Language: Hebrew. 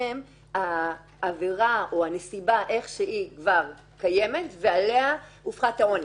שבהם העבירה או הנסיבה איך שהיא כבר קיימת ועליה הופחת העונש.